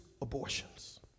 abortions